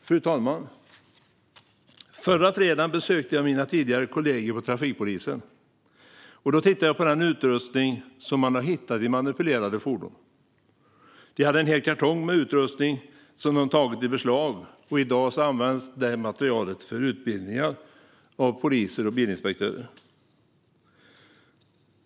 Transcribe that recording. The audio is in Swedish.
Fru talman! Förra fredagen besökte jag mina tidigare kollegor vid trafikpolisen och tittade på den utrustning de hittat i manipulerade fordon. De hade en hel kartong med utrustning som de tagit i beslag, och i dag används detta material för utbildning av poliser och bilinspektörer.